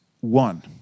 one